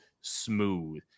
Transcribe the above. smooth